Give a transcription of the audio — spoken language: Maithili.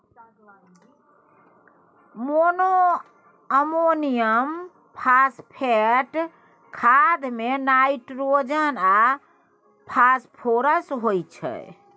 मोनोअमोनियम फास्फेट खाद मे नाइट्रोजन आ फास्फोरस होइ छै